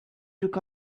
took